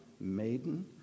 maiden